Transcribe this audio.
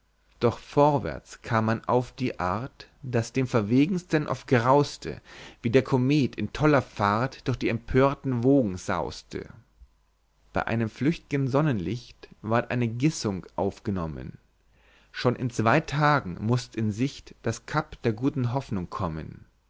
doch vorwärts kam man auf die art daß den verwegensten oft grauste wie der komet in toller fahrt durch die empörten wogen sauste bei einem flücht'gen sonnenlicht ward eine gissung aufgenommen schon in zwei tagen mußt in sicht das cap der guten hoffnung kommen